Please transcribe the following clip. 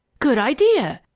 good idea!